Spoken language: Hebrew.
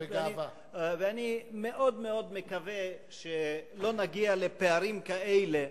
ואני מאוד מאוד מקווה שלא נגיע לפערים כאלה,